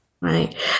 right